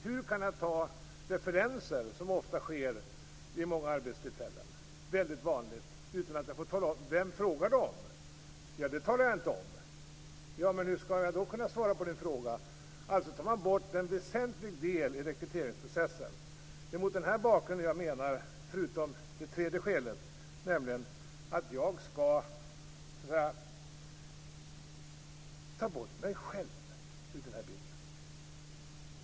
Hur kan man ta referenser, som så ofta sker? Det är väldigt vanligt. Hur skall man göra det om man inte kan tala om vem man frågar om? Kan man inte tala om det kan ingen svara på ens fråga. Man tar alltså bort en väsentlig del i rekryteringsprocessen. Dessutom finns det ett tredje skäl mot detta, nämligen att man tar bort sig själv ur bilden.